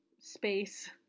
space